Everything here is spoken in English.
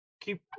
keep